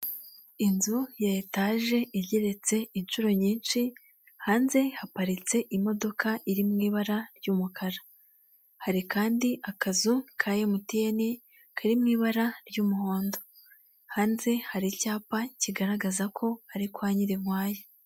Inzu ya etaje igeretse inshuro nyinshi, hanze haparitse imodoka iri mu ibara ry'umukara, hari kandi akazu ka emutiyeni kari mu ibara ry'umuhondo, hanze hari icyapa kigaragaza ko ari kwa Nyirinkwaya.